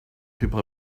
people